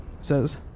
says